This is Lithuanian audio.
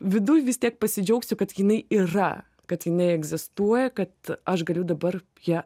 viduj vis tiek pasidžiaugsiu kad jinai yra kad jinai egzistuoja kad aš galiu dabar ją